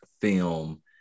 film